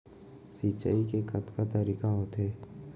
सिंचाई के कतका तरीक़ा होथे?